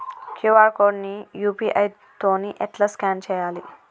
QR code ని UPI తోని ఎట్లా స్కాన్ చేయాలి?